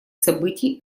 событий